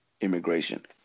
immigration